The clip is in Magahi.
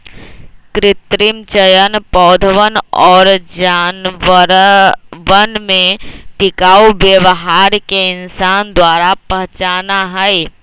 कृत्रिम चयन पौधवन और जानवरवन में टिकाऊ व्यवहार के इंसान द्वारा पहचाना हई